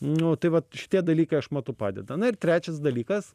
nu tai vat šitie dalykai aš matau padeda na ir trečias dalykas